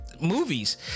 movies